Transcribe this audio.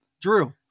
Drew